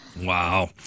Wow